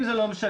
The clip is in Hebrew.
אם זה לא משנה,